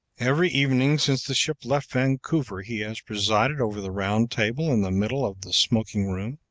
every evening since the ship left vancouver he has presided over the round table in the middle of the smoking-room.